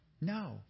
No